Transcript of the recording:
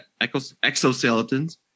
exoskeletons